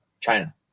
China